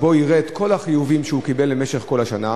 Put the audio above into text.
שבו הוא יראה את כל החיובים שקיבל במשך כל השנה.